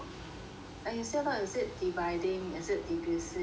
like you said lor is it dividing is it divisive